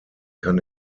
kann